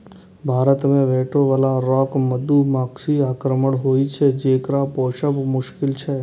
भारत मे भेटै बला रॉक मधुमाछी आक्रामक होइ छै, जेकरा पोसब मोश्किल छै